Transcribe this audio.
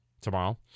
tomorrow